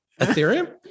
Ethereum